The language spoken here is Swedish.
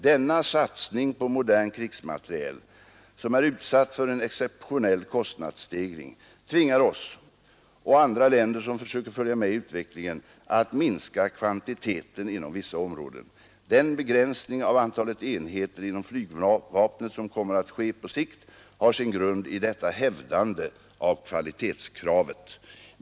Denna satsning på modern krigsmateriel, som är utsatt för en exceptionell kostnadsstegring, tvingar oss — och andra länder som försöker följa med i utvecklingen — att minska kvantiteten inom vissa områden. Den begränsning av antalet enheter inom flygvapnet som kommer att ske på sikt har sin grund i detta hävdande av kvalitetskravet.